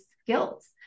skills